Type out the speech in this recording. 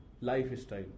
lifestyle